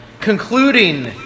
concluding